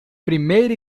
primeira